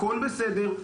הכול בסדר,